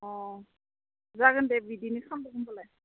अ जागोन दे बिदिनो खालामदो होनबालाय